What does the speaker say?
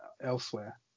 elsewhere